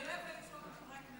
זה לא יפה לצחוק על חברי